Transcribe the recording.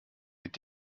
mit